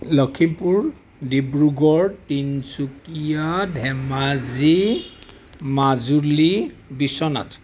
Lakhimpur Dibrugarh Tinsukia Dhemaji Majuli Biswanath